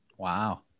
Wow